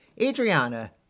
Adriana